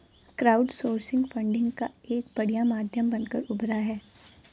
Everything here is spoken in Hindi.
क्राउडसोर्सिंग फंडिंग का एक बढ़िया माध्यम बनकर उभरा है